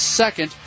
second